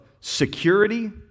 security